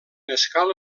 escala